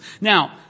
Now